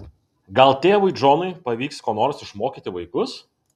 gal tėvui džonui pavyks ko nors išmokyti vaikus